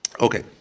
Okay